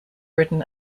britain